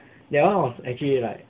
that [one] was actually like